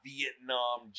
Vietnam